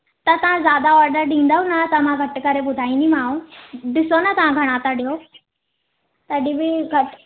त तव्हां ज्यादा ऑडर ॾींदव न त मां घटि करे ॿुधाईंदीमांव ॾिसो न तव्हां घणा था ॾियो तॾहिं बि घटि